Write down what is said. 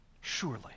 Surely